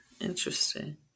Interesting